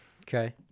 Okay